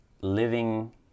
living